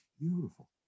beautiful